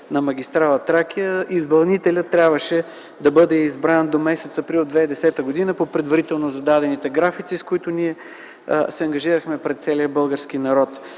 на магистрала „Тракия”. Изпълнителят трябваше да бъде избран до м. април 2010 г. по предварително зададените графици, с които ние се ангажирахме пред целия български народ.